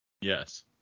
yes